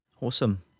Awesome